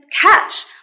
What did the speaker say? catch